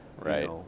right